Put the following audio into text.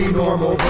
normal